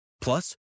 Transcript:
Plus